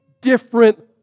different